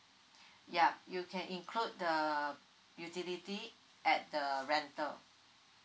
yup you can include the utilities add the rental